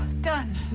done!